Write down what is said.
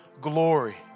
glory